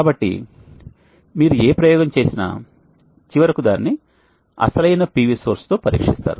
కాబట్టి మీరు ఏ ప్రయోగం చేసినా చివరకు దానిని అసలైన PV సోర్స్తో పరీక్షిస్తారు